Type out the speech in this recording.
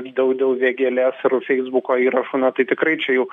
dėl dėl vėgėlės ir feisbuko įrašų na tai tikrai čia juk